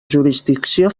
jurisdicció